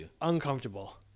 uncomfortable